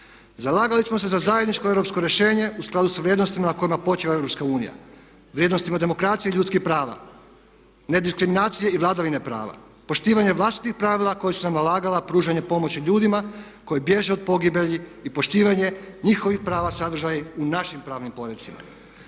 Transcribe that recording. Zalagali smo se za zajedničko europsko rješenje u skladu sa vrijednostima na kojima počiva EU, vrijednostima demokracije i ljudskih prava, nediskriminacije i vladavine prava, poštivanje vlastitih pravila koja su nam nalagala pružanje pomoći ljudima koji bježe od pogibelji i poštivanje njihovih prava sadržanih u našim pravnim porecima.